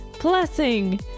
blessing